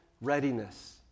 readiness